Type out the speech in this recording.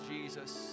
Jesus